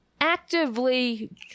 actively